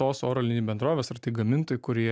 tos oro linijų bendrovės ar tai gamintojai kurie